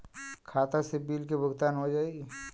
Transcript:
खाता से बिल के भुगतान हो जाई?